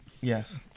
Yes